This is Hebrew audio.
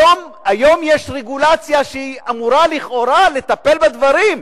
היום יש רגולציה שאמורה, לכאורה, לטפל בדברים.